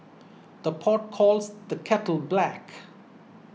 the pot calls the kettle black